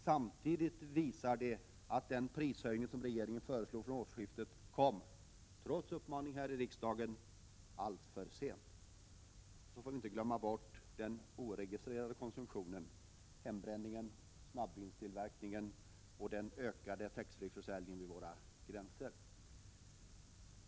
Samtidigt visar det att den prishöjning som regeringen föreslog från årsskiftet kom — trots uppmaning här i riksdagen — alltför sent. Och vi får inte glömma bort den oregistrerade konsumtionen — hembränningen, snabbvinstillverkningen och den ökade tax-free-försäljningen vid våra gränser.